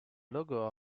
logo